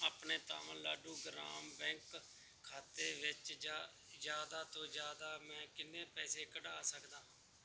ਆਪਣੇ ਤਾਮਿਲਨਾਡੂ ਗ੍ਰਾਮ ਬੈਂਕ ਖਾਤੇ ਵਿੱਚ ਜਾ ਜ਼ਿਆਦਾ ਤੋਂ ਜ਼ਿਆਦਾ ਮੈਂ ਕਿੰਨੇ ਪੈਸੇ ਕਢਾ ਸਕਦਾ ਹਾਂ